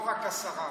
לא רק השרה.